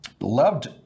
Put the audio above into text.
loved